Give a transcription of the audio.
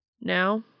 Now